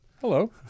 Hello